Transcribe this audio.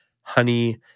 honey